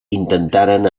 intentaren